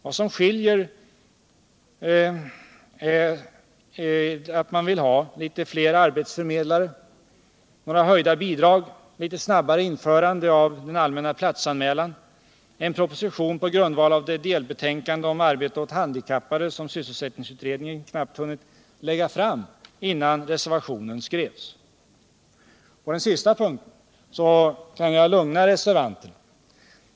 Vad som skiljer är att oppositionen vill ha litet fler arbetsförmedlare, några bidragshöjningar, ett något tidigare införande av den allmänna platsanmälan och en proposition på grundval av det delbetänkande om arbete åt handikappade som sysselsättningsutredningen knappt hunnit lägga fram, innan reservationen skrevs. På den sista punkten kan jag lugna reservanterna.